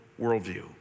worldview